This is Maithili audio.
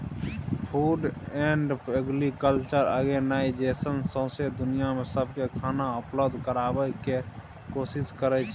फूड एंड एग्रीकल्चर ऑर्गेनाइजेशन सौंसै दुनियाँ मे सबकेँ खाना उपलब्ध कराबय केर कोशिश करइ छै